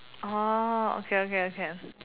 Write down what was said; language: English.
orh okay okay okay